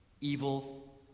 Evil